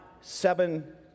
seven